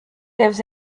lives